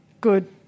good